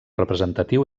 representatiu